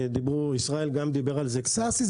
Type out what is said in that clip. ישראל גם דיבר על זה --- ששי,